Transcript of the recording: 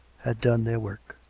had done their work.